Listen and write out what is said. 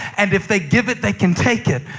and if they give it, they can take it.